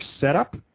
setup